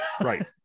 Right